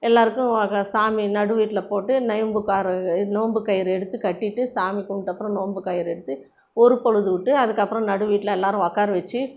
எல்லோருக்கும் சாமி நடு வீட்டில் போட்டு நோன்பு காற நோன்பு கயிறு எடுத்து கட்டிகிட்டு சாமி கும்பிட்ட அப்புறம் நோன்பு கயிறை எடுத்து ஒரு பொழுது விட்டு அதுக்கப்புறம் நடு வீட்டில் எல்லோரும் உட்கார வெச்சு